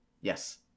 Yes